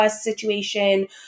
situation